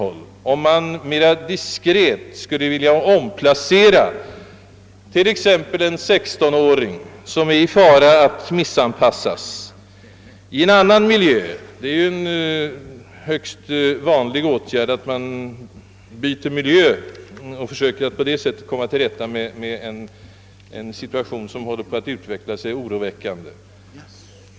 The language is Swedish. Antag att man mera diskret vill hjälpa t.ex. en 16-åring, som löper fara att bli missanpassad, genom att placera honom i en annan miljö. Det är ju en vanlig åtgärd att byta miljö och på det sättet försöka komma till rätta med en situation, som håller på att utveckla sig i oroande riktning.